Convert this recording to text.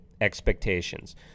expectations